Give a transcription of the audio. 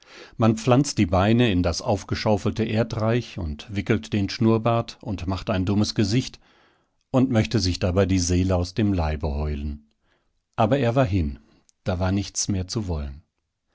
man pflanzt die beine in das aufgeschaufelte erdreich und wickelt den schnurrbart und macht ein dummes gesicht und möchte sich dabei die seele aus dem leibe heulen also er war hin da war nichts mehr zu wollen